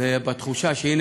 בתחושה שהנה,